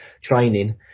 training